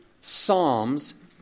Psalms